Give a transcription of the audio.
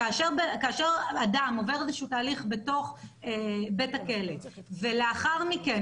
כאשר אדם עובר איזשהו תהליך בתוך בית הכלא ולאחר מכן,